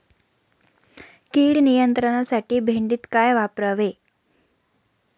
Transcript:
कीड नियंत्रणासाठी भेंडीत काय वापरावे?